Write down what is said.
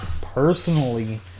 personally